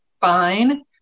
fine